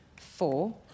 four